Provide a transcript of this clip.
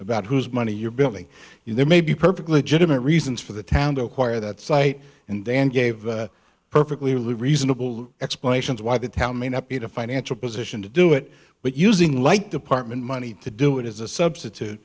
about whose money you're building in there may be perfectly legitimate reasons for the town to acquire that site and then gave perfectly reasonable explanations why the town may not be to financial position to do it but using like department money to do it as a substitute